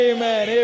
Amen